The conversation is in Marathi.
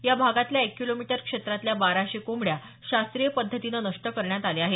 या भागातल्या एक किलोमीटर क्षेत्रातल्या बाराशे कोंबड्या शास्त्रीय पद्धतीनं नष्ट करण्यात आल्या आहेत